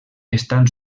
estan